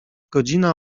godzina